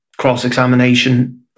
cross-examination